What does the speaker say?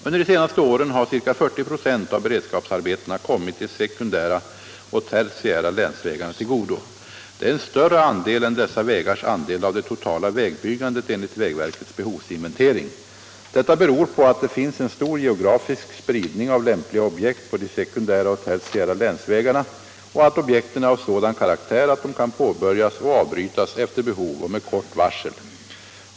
Under de senaste åren har ca 40 96 av beredskapsarbetena kommit de sekundära och tertiära länsvägarna till godo. Det är en större andel än dessa vägars andel av det totala vägbyggandet enligt vägverkets behovsinventering. Detta beror på att det finns en stor geografisk spridning av lämpliga objekt på de sekundära och tertiära länsvägarna och att objekten är av sådan karaktär att de kan påbörjas och avbrytas efter behov och med kort varsel.